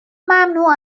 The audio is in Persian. ممنوع